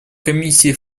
комиссии